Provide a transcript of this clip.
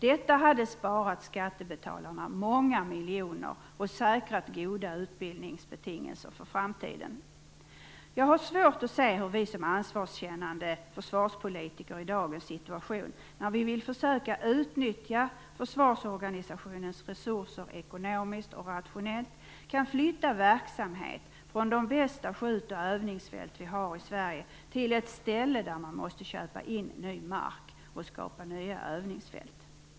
Detta skulle ha sparat skattebetalarna många miljoner och säkrat goda utbildningsbetingelser för framtiden. Jag har svårt att se hur vi som ansvarskännande försvarspolitiker i dagens situation, där vi vill försöka utnyttja försvarsorganisationens resurser ekonomiskt och rationellt, kan flytta verksamhet från de bästa skjut och övningsfälten i Sverige till ett ställe där man måste köpa in ny mark och skapa nya övningsfält.